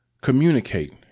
communicate